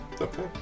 Okay